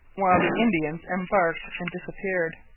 while the indians embarked and disappeared.